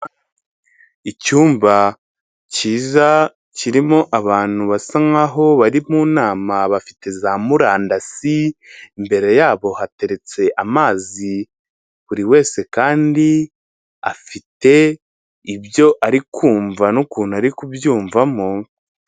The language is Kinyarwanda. Icyumba cyiza kirimo abantu basa nk'aho bari mu nama bafite za murandasi, imbere yabo hateretse amazi buri wese kandi afite ibyo ari kumva n'ukuntu ari kubyumvamo.